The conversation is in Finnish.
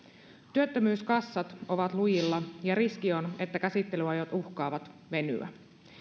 työttömyyskassat ovat lujilla ja riski on että käsittelyajat uhkaavat venyä